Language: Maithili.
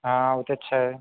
हँ ओ तऽ छै